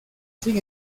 sin